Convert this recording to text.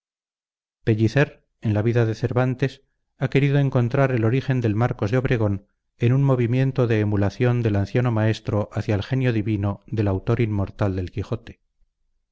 en la vida de cervantes ha querido encontrar el origen del marcos de obregón en un movimiento de emulación del anciano maestro hacia el genio divino del autor inmortal del quijote